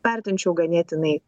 vertinčiau ganėtinai